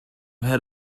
had